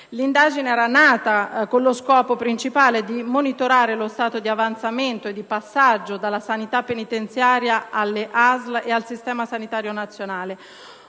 L'indagine era nata con lo scopo principale di monitorare lo stato di avanzamento e di passaggio dalla sanità penitenziaria alle ASL e al sistema sanitario nazionale.